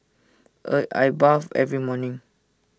I I bathe every morning